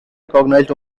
recognized